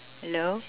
hello